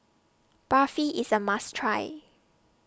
Barfi IS A must Try